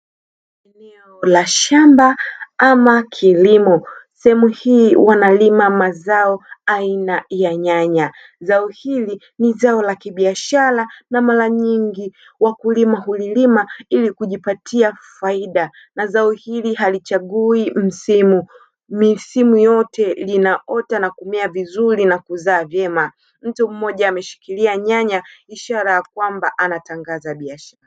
Eneo la shamba ama kilimo. Sehemu hii wanalima mazao aina ya nyanya. Zao hili ni zao la kibiashara na mara nyingi wakulima hulilima ili kujipatia faida. Na zao hili halichagui msimu, misimu yote linaota na kumea vizuri na kuzaa vyema. Mtu mmoja ameshikilia nyanya ishara ya kwamba anatangaza biashara.